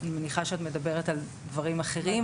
אני מניחה שאת מדברת על דברים אחרים.